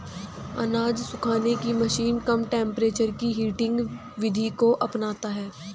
अनाज सुखाने की मशीन कम टेंपरेचर की हीटिंग विधि को अपनाता है